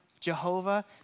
Jehovah